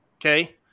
Okay